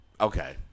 Okay